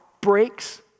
breaks